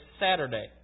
Saturday